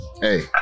hey